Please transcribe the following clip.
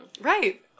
Right